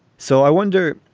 so i wonder,